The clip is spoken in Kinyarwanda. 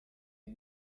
ibi